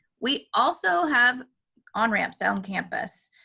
we also have onramps on campus.